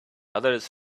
others